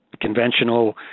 conventional